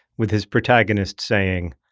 with his protagonist saying,